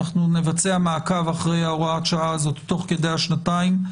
נעשה מעקב אחר הוראת השעה הזאת תוך כדי השנתיים,